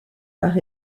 par